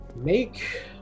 Make